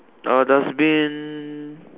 uh dustbin